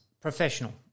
professional